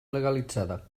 legalitzada